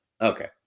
Okay